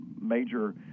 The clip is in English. major